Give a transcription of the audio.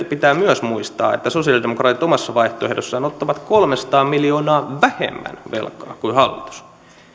pitää myös muistaa että sosialidemokraatit omassa vaihtoehdossaan ottavat kolmesataa miljoonaa vähemmän velkaa kuin hallitus